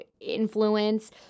influence